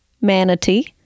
manatee